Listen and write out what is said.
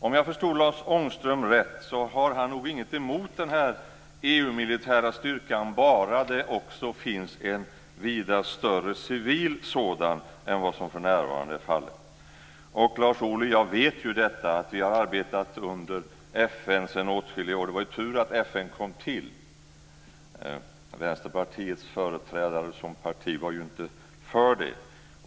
Om jag förstod Lars Ångström rätt har han nog inget emot den här militära EU-styrkan bara det också finns en vida större civil sådan än vad som för närvarande är fallet. Jag vet att vi har arbetat under FN sedan åtskilliga år, Lars Ohly. Det var ju tur att FN kom till. Vänsterpartiets företrädare som parti var ju inte för det.